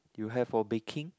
you have for baking